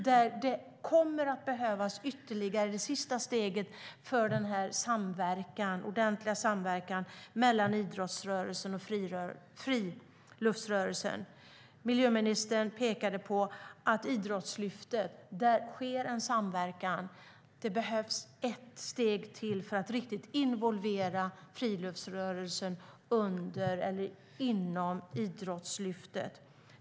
De kommer att behöva ta ett sista steg för en ordentlig samverkan mellan idrottsrörelsen och friluftsrörelsen. Miljöministern pekade på att det sker samverkan inom Idrottslyftet. Det behövs ett steg till för att riktigt involvera friluftsrörelsen inom Idrottslyftet.